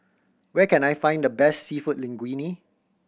where can I find the best Seafood Linguine